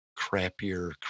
crappier